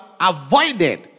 avoided